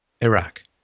Iraq